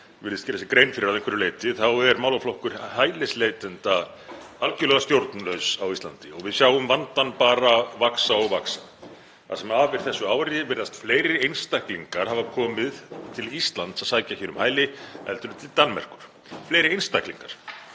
virðist gera sér grein fyrir að einhverju leyti er málaflokkur hælisleitenda algjörlega stjórnlaus á Íslandi og við sjáum vandann bara vaxa og vaxa. Það sem af er þessu ári virðast fleiri einstaklingar hafa komið til Íslands að sækja hér um hæli heldur en til Danmerkur. Fleiri einstaklingar.